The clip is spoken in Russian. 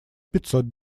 пятьсот